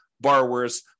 borrowers